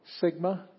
Sigma